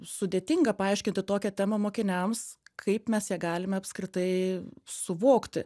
sudėtinga paaiškinti tokią temą mokiniams kaip mes ją galime apskritai suvokti